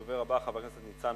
הדובר הבא הוא חבר הכנסת ניצן